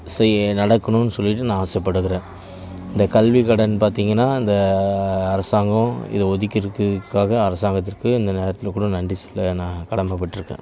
செய் நடக்கணும்ன்னு சொல்லிவிட்டு நான் ஆசைப்படுகிறேன் இந்த கல்விக்கடன் பார்த்திங்கனா இந்த அரசாங்கம் இதை ஒதுக்கி இருக்குற்காக அரசாங்கத்திற்க்கு இந்த நேரத்தில் கூட நன்றி சொல்ல நான் கடமைப்பட் இருக்கேன்